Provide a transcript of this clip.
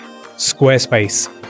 Squarespace